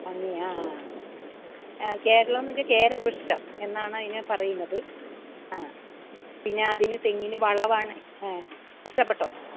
അന്നി ആ ആ കേരളം എന്ന് വെച്ചാൽ കേരവൃക്ഷം എന്നാണ് അതിനെ പറയുന്നത് ആ പിന്നെ അതിന് തെങ്ങിന് വളമാണ് ആ ഇഷ്ടപ്പെട്ടോ